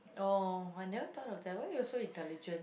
oh I never thought of that why you so intelligent